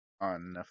on